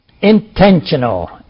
intentional